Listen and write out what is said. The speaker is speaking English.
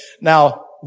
Now